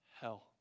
hell